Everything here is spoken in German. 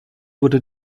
wurde